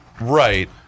right